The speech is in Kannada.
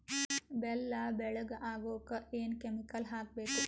ಬೆಲ್ಲ ಬೆಳಗ ಆಗೋಕ ಏನ್ ಕೆಮಿಕಲ್ ಹಾಕ್ಬೇಕು?